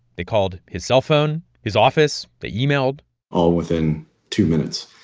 they called his cellphone, his office. they emailed all within two minutes,